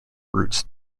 roots